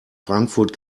frankfurt